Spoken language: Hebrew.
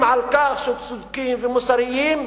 על כך שצודקים ומוסריים,